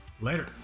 later